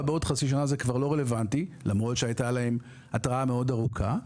בעוד חצי שנה זה כבר לא רלוונטי למרות שהייתה להם התראה ארוכה מאוד,